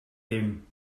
ddim